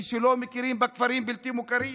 כשלא מכירים בכפרים בלתי מוכרים?